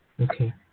Okay